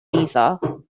eiddo